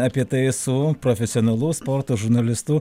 apie tai su profesionalu sporto žurnalistu